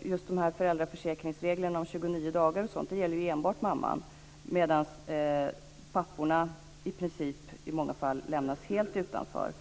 Just föräldraförsäkringsreglerna om 29 dagar och sådant gäller ju enbart mamman medan papporna i många fall i princip lämnas helt utanför.